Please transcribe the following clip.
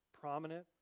prominent